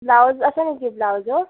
blouse আছে নেকি ব্লাউজৰ